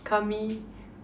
kami